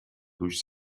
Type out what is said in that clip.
durch